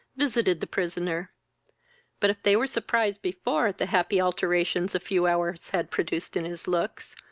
visited the prisoner but, if they were surprised before at the happy alteration a few hours had produced in his looks,